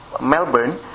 Melbourne